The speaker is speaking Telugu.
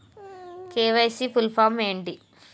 కే.వై.సీ ఫుల్ ఫామ్ ఏంటి?